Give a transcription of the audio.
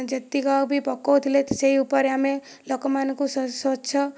ଯେତିକ ବି ପକଉଥିଲେ ସେହି ଉପରେ ଆମେ ଲୋକମାନଙ୍କୁ ସ୍ଵଚ୍ଛ